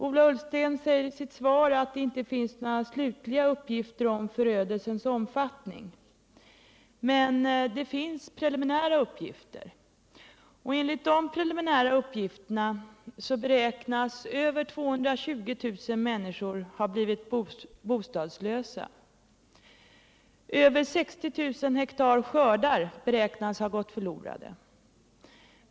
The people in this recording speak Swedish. Ola Ullsten säger i sitt svar att det inte finns några slutliga uppgifter om förödelsens omfattning. Det finns dock preliminära uppgilter, och enligt dessa beräknas över 220 000 människor ha blivit bostadslösa. Skördar på över 60 000 hektar beräknas ha gått förlorade.